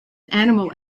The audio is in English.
animal